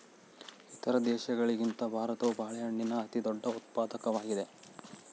ಇತರ ದೇಶಗಳಿಗಿಂತ ಭಾರತವು ಬಾಳೆಹಣ್ಣಿನ ಅತಿದೊಡ್ಡ ಉತ್ಪಾದಕವಾಗಿದೆ